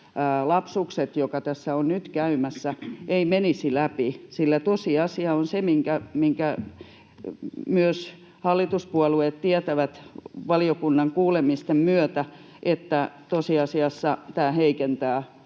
lapsukset — joka tässä on nyt käymässä — eivät menisi läpi, sillä tosiasia on se, minkä myös hallituspuolueet tietävät valiokunnan kuulemisten myötä, että tämä heikentää